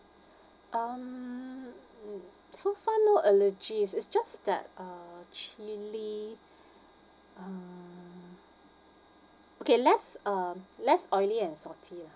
um so far no allergies it's just that uh chili uh okay less uh less oily and salty lah